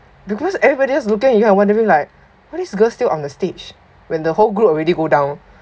because everybody was looking at you and wondering like why this girl still on the stage when the whole group already go down